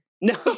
No